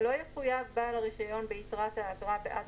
לא יחויב בעל הרישיון ביתרת האגרה בעד